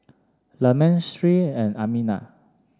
Leman Sri and Aminah